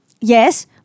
Yes